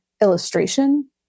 illustration